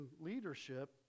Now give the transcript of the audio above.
leadership